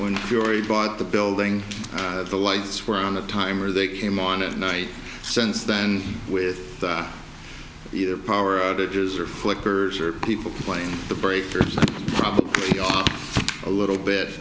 when you're already bought the building the lights were on the timer they came on at night since then with the power outages or flippers or people playing the break probably a little bit